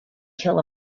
kill